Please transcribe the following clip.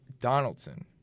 Donaldson